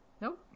Nope